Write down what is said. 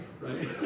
right